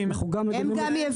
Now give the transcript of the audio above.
הם גם יבואנים.